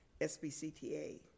SBCTA